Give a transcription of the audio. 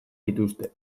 dituzte